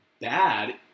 bad